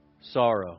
sorrow